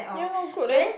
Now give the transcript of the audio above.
ya lor good leh